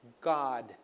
God